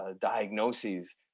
diagnoses